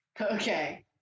okay